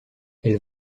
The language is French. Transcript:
elle